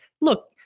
look